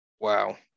Wow